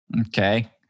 Okay